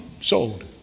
sold